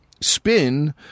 spin